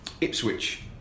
Ipswich